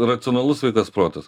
racionalus sveikas protas